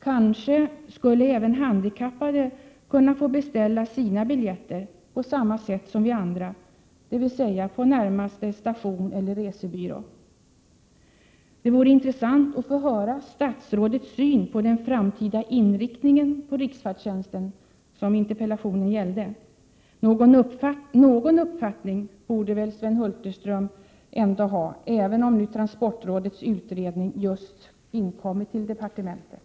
Kanske skulle även handikappade kunna få beställa sina biljetter på samma sätt som vi andra, dvs. på närmaste station eller resebyrå. Det vore intressant att få höra statsrådets syn på den framtida inriktningen av riksfärdtjänsten, som interpellationen gällde. Någon uppfattning borde Prot. 1987/88:121 väl Sven Hulterström ändå ha, även om nu transportrådets utredning just inkommit till departementet.